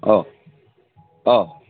औ औ